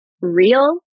real